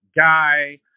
guy